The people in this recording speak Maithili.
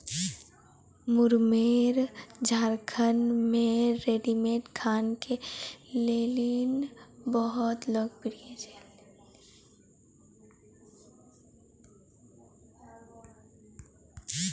मुरमुरे झारखंड मे रेडीमेड खाना के लेली बहुत लोकप्रिय छै